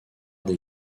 des